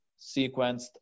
sequenced